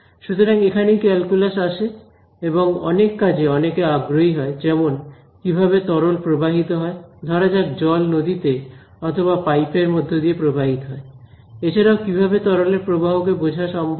সুতরাং এখানেই ক্যালকুলাস আসে এবং অনেক কাজে অনেকে আগ্রহী হয় যেমন কিভাবে তরল প্রবাহিত হয় ধরা যাক জল নদীতে অথবা পাইপের মধ্য দিয়ে প্রবাহিত হয় এছাড়াও কিভাবে তরলের প্রবাহকে বোঝা সম্ভব